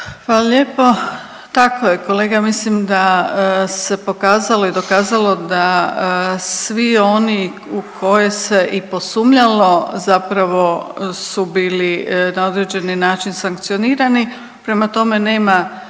Hvala lijepo. Tako je kolega, ja mislim da se pokazalo i dokazalo da svi oni u koje se i posumnjalo zapravo su bili na određeni način sankcionirani, prema tome nema